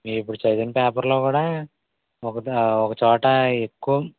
నేను ఇప్పుడు చదివిన పేపర్లో కూడా ఒకటి ఒకచోట ఎక్కువ